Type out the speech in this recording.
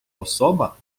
особа